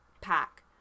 pack